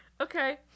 Okay